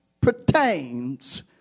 pertains